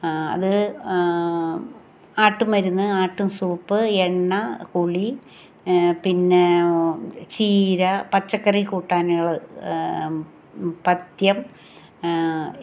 ആ അത് ആട്ട് മരുന്ന് ആട്ട്സൂപ്പ് എണ്ണ കുളി പിന്നേ ചീര പച്ചക്കറി കൂട്ടാനുകള് പഥ്യം